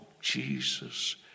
Jesus